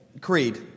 Creed